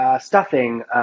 stuffing